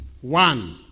One